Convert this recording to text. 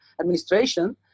Administration